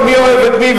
ומי אוהב את מי,